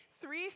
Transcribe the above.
Three